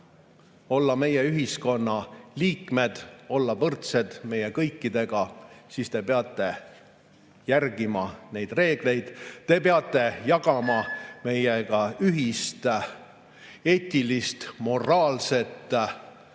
olla meie ühiskonna liikmed, olla võrdsed meie kõikidega, siis te peate järgima neid reegleid. Te peate jagama meiega ühist eetilist, moraalset